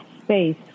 space